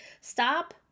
stop